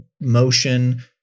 motion